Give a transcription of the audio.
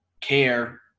care